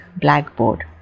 blackboard